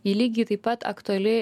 ji lygiai taip pat aktuali